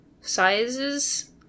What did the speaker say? sizes